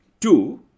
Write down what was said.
Two